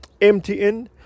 MTN